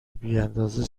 بیاندازه